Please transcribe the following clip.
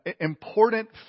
important